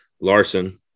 Larson